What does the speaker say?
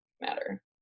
matter